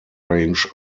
range